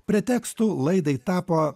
pretekstu laidai tapo